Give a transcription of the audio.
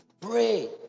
Pray